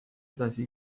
edasi